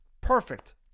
Perfect